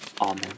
Amen